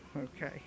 Okay